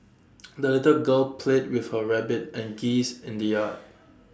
the little girl played with her rabbit and geese in the yard